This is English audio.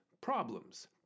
problems